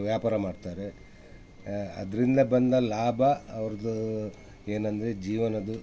ವ್ಯಾಪಾರ ಮಾಡ್ತಾರೆ ಅದರಿಂದ ಬಂದ ಲಾಭ ಅವ್ರ್ದು ಏನಂದರೆ ಜೀವನದ್ದು